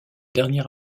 dernier